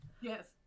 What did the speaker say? Yes